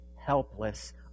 helpless